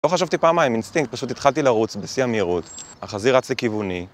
‫לא חשבתי פעמיים, אינסטינקט, ‫פשוט התחלתי לרוץ בשיא המהירות. ‫החזיר רץ לכיווני.